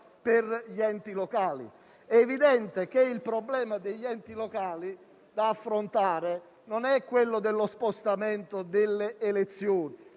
per gli enti locali. È evidente che il problema degli enti locali, che occorre affrontare, non è lo spostamento delle elezioni.